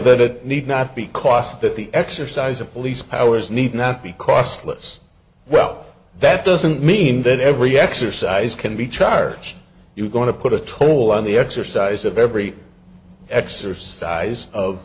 that it need not be cost that the exercise of police powers need not be costless well that doesn't mean that every exercise can be charged you're going to put a toll on the exercise of every exercise of